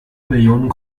millionen